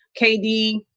KD